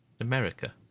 America